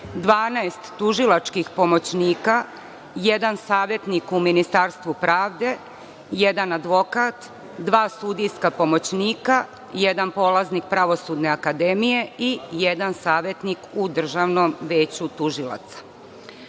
12 tužilačkih pomoćnika, jedan savetnik u Ministarstvu pravde, jedan advokat, dva sudijska pomoćnika, jedan polaznik Pravosudne akademije i jedan savetnik u Državnom veću tužilaca.Za